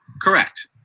Correct